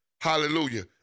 Hallelujah